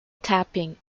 tapping